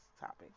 topic